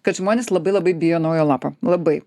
kad žmonės labai labai bijo naujo lapo labai